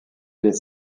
les